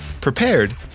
prepared